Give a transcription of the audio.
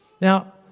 Now